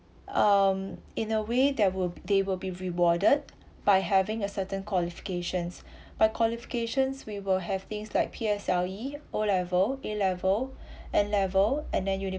um in a way that will they will be rewarded by having a certain qualifications by qualifications we will have things like P_S_L_E O level A level N level and then university